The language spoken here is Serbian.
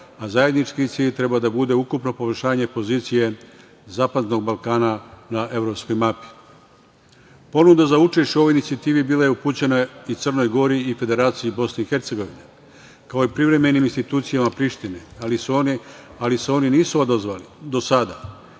a zajednički cilj treba da bude ukupno poboljšanje pozicije zapadnog Balkana na evropskoj mapi. Ponuda za učešće u ovoj inicijativi bila je upućena i Crnoj Gori i Federaciji BiH, kao i privremenim institucijama Prištine, ali se oni nisu odazvali do sada.